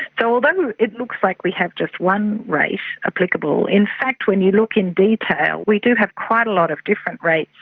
so although it looks like we have just one rate applicable, in fact when you look in detail we do have quite a lot of different rates,